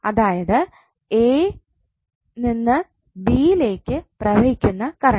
അതായത് a നിന്ന് b ലേക് പ്രവഹിക്കുന്ന കറണ്ട്